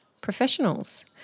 professionals